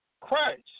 Christ